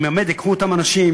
אם באמת ייקחו את אותם אנשים,